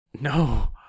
no